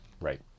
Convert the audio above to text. Right